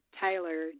Tyler